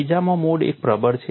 બીજામાં mode I પ્રબળ છે